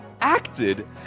acted